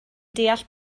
deall